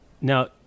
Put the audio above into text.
Now